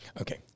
Okay